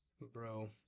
Bro